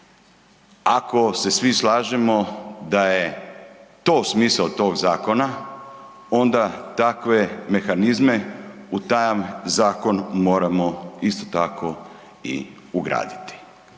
Ako se svi slažemo da je to smisao tog zakona onda takve mehanizme u taj zakon moramo isto tako i ugraditi.